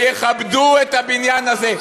שיכבדו את הבניין הזה.